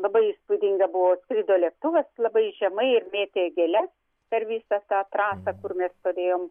labai įspūdinga buvo atskrido lėktuvas labai žemai ir mėtė gėles per visą tą trasą kur mes stovėjom